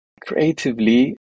Creatively